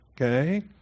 Okay